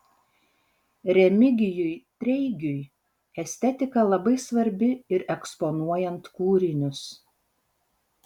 remigijui treigiui estetika labai svarbi ir eksponuojant kūrinius